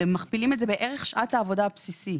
מכפילים את זה בערך שעת העבודה הבסיסי.